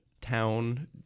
town